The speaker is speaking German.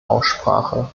aussprache